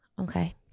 Okay